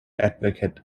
advocate